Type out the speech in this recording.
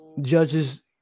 judges